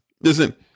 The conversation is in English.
Listen